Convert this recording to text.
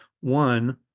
one